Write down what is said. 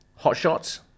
Hotshots